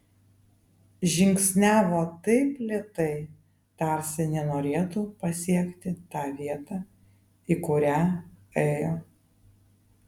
žingsniavo taip lėtai tarsi nenorėtų pasiekti tą vietą į kurią ėjo